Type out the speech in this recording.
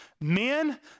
Men